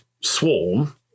swarm